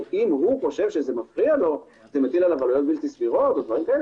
אם הוא חושב שזה מפריע לו מטיל עליו עלויות בלתי סבירות וכו',